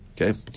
Okay